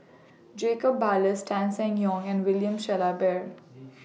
Jacob Ballas Tan Seng Yong and William Shellabear